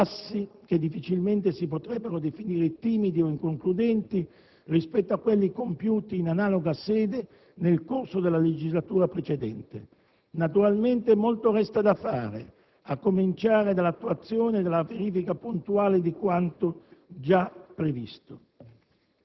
passi che difficilmente si potrebbero definire timidi o inconcludenti rispetto a quelli compiuti in analoga sede nel corso della legislatura precedente. Naturalmente molto resta da fare, a cominciare dalla attuazione dalla verifica puntuale di quanto già previsto.